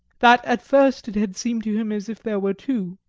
that at first it had seemed to him as if there were two,